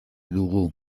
dugu